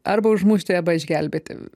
arba užmušti arba išgelbėti